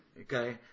Okay